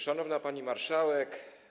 Szanowna Pani Marszałek!